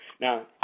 Now